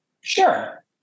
Sure